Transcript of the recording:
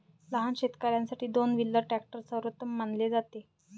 लहान शेतकर्यांसाठी दोन व्हीलर ट्रॅक्टर सर्वोत्तम मानले जाते